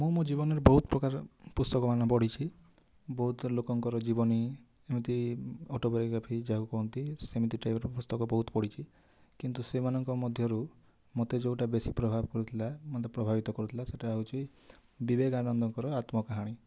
ମୁଁ ମୋ ଜୀବନରେ ବହୁତ ପ୍ରକାରର ପୁସ୍ତକମାନ ପଢ଼ିଛି ବହୁତ ଲୋକଙ୍କର ଜୀବନୀ ଏମିତି ଅଟୋ ବାୟୋଗ୍ରାଫି ଯାହାକୁ କୁହନ୍ତି ସେମିତି ଟାଇପ୍ର ପୁସ୍ତକ ବହୁତ ପଢ଼ିଛି କିନ୍ତୁ ସେଇମାନଙ୍କ ମଧ୍ୟରୁ ମୋତେ ଯେଉଁଟା ବେଶୀ ପ୍ରଭାବ ପଡ଼ିଥିଲା ମୋତେ ପ୍ରଭାବିତ କରୁଥିଲା ସେଇଟା ହେଉଛି ବିବେକାନନ୍ଦଙ୍କର ଆତ୍ମକାହାଣୀ